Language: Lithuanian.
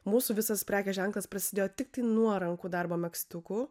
mūsų visas prekės ženklas prasidėjo tiktai nuo rankų darbo megztukų